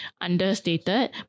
understated